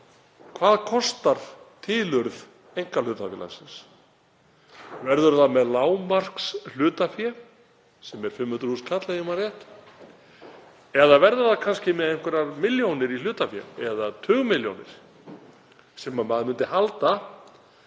Hvað kostar tilurð einkahlutafélagsins? Verður það með lágmarkshlutafé, sem er 500.000 kr., ef ég man rétt, eða verður það kannski með einhverjar milljónir í hlutafé eða tugmilljónir sem maður myndi halda